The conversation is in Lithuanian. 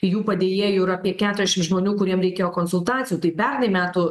jų padėjėjų ir apie keturiašim žmonių kuriem reikėjo konsultacijų tai pernai metų